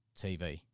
TV